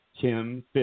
Tim